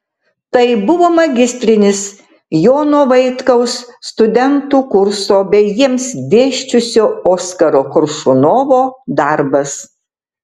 tai buvo magistrinis jono vaitkaus studentų kurso bei jiems dėsčiusio oskaro koršunovo darbas